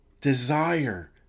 desire